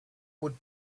would